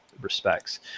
respects